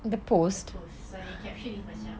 the post sorry caption macam